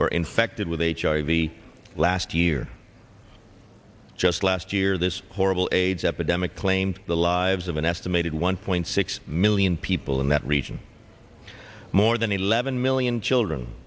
were infected with h r u v last year just last year this horrible aids epidemic claimed the lives of an estimated one point six million people in that region more than eleven million children